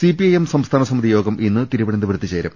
CPIM സംസ്ഥാന സമിതി യോഗം ഇന്ന് തിരുവനന്തപു രത്ത് ചേരും